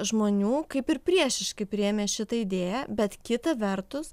žmonių kaip ir priešiškai priėmė šitą idėją bet kita vertus